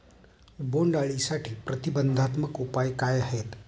बोंडअळीसाठी प्रतिबंधात्मक उपाय काय आहेत?